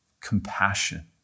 compassion